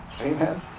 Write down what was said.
Amen